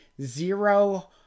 zero